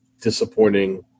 disappointing